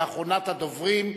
ואחרונת הדוברים,